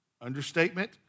understatement